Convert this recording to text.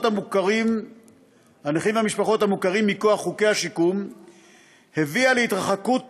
המוכרים מכוח חוקי השיקום הביאה להתרחקות